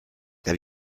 have